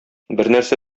бернәрсә